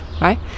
right